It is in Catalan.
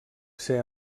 ser